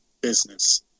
business